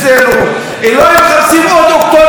אולי מחפשים עוד אוקטובר 2000 ורוצים